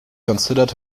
considered